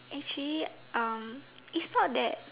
actually um is not that